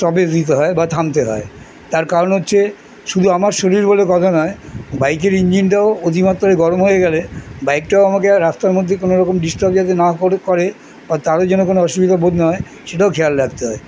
stoppage দিতে হয় বা থামতে হয় তার কারণ হচ্ছে শুধু আমার শরীর বলে কথা নয় বাইকের ইঞ্জিনটাও অধিমাত্রায় গরম হয়ে গেলে বাইকটাও আমাকে রাস্তার মধ্যে কোনোরকম ডিস্টার্ব না করে বা তারও যেন কোনো অসুবিধা বোধ হয় সেটাও খেয়াল রাখতে হয়